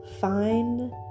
Find